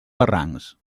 barrancs